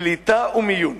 קליטה ומיון.